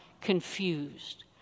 confused